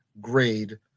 grade